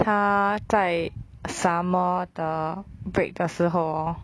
他在 some more the break 的时候 orh